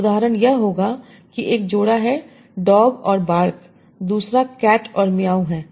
तो उदाहरण यह होगा कि 1 जोड़ा है डॉग और बार्क दूसरा कैट और मिउ है